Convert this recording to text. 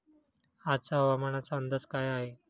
आजचा हवामानाचा अंदाज काय आहे?